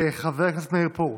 חבר הכנסת מאיר פרוש,